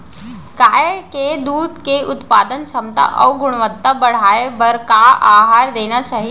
गाय के दूध के उत्पादन क्षमता अऊ गुणवत्ता बढ़ाये बर का आहार देना चाही?